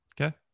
Okay